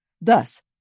Thus